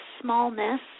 smallness